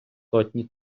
сотні